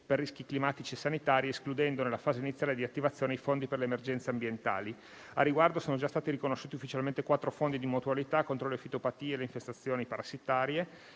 per rischi climatici e sanitari, escludendo nella fase iniziale di attivazione i fondi per le emergenze ambientali. Al riguardo sono già stati riconosciuti ufficialmente quattro fondi di mutualità contro le fitopatie, le infestazioni parassitarie